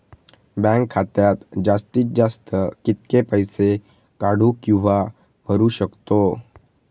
Bank खात्यात जास्तीत जास्त कितके पैसे काढू किव्हा भरू शकतो?